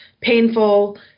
painful